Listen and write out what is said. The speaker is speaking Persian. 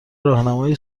راهنمای